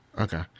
Okay